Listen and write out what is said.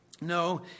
No